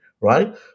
right